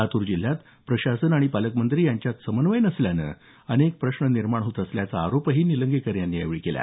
लातूर जिल्ह्यात प्रशासन आणि पालकमंत्री यांच्यात समन्वय नसल्यानं अनेक प्रश्न निर्माण होत असल्याचा आरोपही निलंगेकर यांनी केला